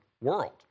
world